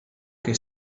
che